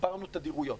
הגברנו תדירויות.